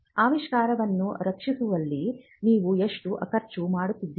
ಆವಿಷ್ಕಾರವನ್ನು ರಕ್ಷಿಸುವಲ್ಲಿ ನೀವು ಎಷ್ಟು ಖರ್ಚು ಮಾಡುತ್ತೀರಿ